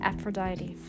Aphrodite